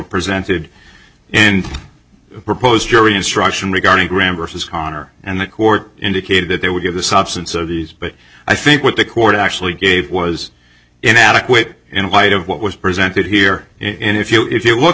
presented in the proposed jury instruction regarding graham versus conner and that court indicated that they would give the substance of these but i think what the court actually gave was inadequate in light of what was presented here in if you if you look